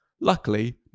Luckily